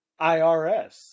IRS